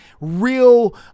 real